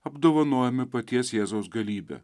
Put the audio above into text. apdovanojami paties jėzaus galybe